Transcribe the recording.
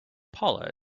paula